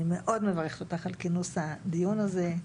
אני מאוד מברכת אותך על כינוס הדיון הזה.